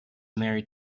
married